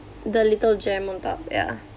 the little gem on top ya